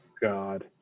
God